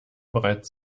bereits